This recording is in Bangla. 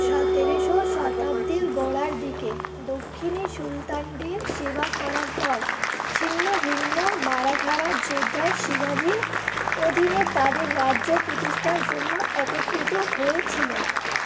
সতেরোশো শতাব্দীর গোড়ার দিকে দক্ষিণী সুলতানদের সেবা করার পর ছিন্ন ভিন্ন মারাঠারা যোদ্ধা শিবাজির অধীনে তাদের রাজ্য প্রতিষ্ঠার জন্য একত্রিত হয়েছিলেন